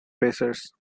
pacers